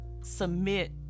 submit